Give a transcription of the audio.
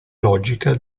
logica